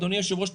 אדוני היושב-ראש,